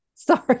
Sorry